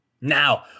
Now